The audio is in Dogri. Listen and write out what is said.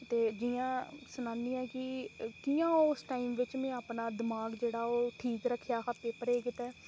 ते जि'यां सनान्नी आं कि कि'यां ओह् उस टाइम बिच में अपना दमाग जेह्ड़ा ठीक रक्खेआ हा पेपरें गित्तै